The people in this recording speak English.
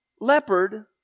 leopard